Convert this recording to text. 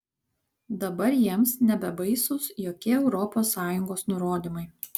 dabar jiems nebebaisūs jokie europos sąjungos nurodymai